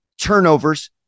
turnovers